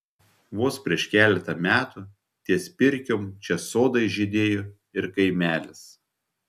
vos prieš keletą metų ties pirkiom čia sodai žydėjo ir kaimelis